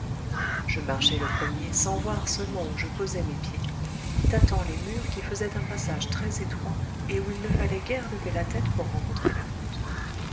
je marchais le premier sans voir seulement où je posais mes pieds tâtant les murs qui faisaient un passage très-étroit et où il ne fallait guère lever la tête pour rencontrer la voûte